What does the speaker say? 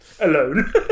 alone